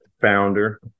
founder